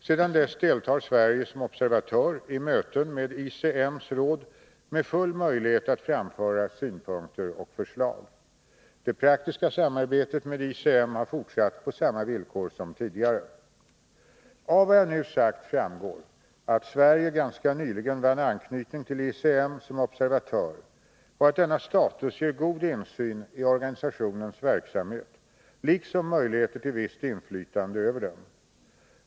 Sedan dess deltar Sverige som observatör i möten med ICM:s råd med full möjlighet att framföra synpunkter och förslag. Det praktiska samarbetet med ICM har fortsatt på samma villkor som tidigare. Av vad jag nu sagt framgår att Sverige ganska nyligen vann anknytning till ICM som observatör och att denna status ger god insyn i organisationens verksamhet liksom möjligheter till visst inflytande över denna.